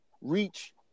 reach